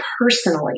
personally